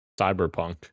Cyberpunk